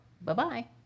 Bye-bye